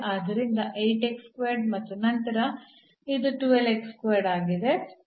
ಆದ್ದರಿಂದ ಮತ್ತು ನಂತರ ಇದು ಆಗಿದೆ